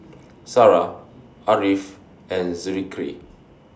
Sarah Ariff and Zikri